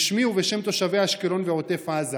בשמי ובשם תושבי אשקלון ועוטף עזה: